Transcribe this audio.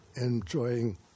enjoying